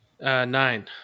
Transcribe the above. Nine